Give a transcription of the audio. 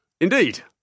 indeed